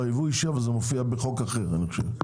בחוק אחר.